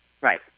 Right